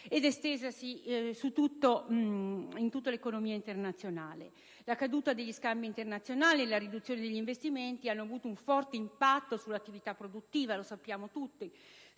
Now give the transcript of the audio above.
ed estesasi a tutta l'economia internazionale. La caduta degli scambi internazionali e la riduzione degli investimenti hanno avuto, com'è noto, un forte impatto sull'attività produttiva, stante